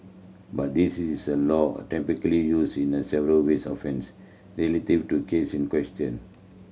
but this is a law a typically used in less several with offence relative to case in question